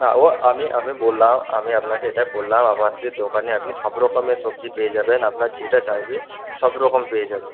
না ও আমি আমি বললাম আমি আপনাকে এটা বললাম আমার যে দোকানে আপনি সব রকমের সবজি পেয়ে যাবেন আপনার যেটা চাইবেন সব রকম পেয়ে যাবেন